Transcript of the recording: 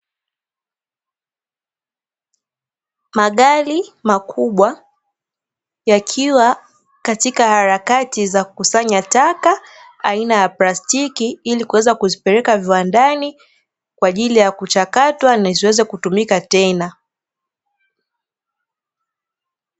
Magari makubwa yakiwa katika harakati za kukusanya taka aina ya plastiki, ili kuweza kuzipeleka viwandani kwa ajili ya kuchakatwa na ziweze kutumika tena.